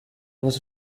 was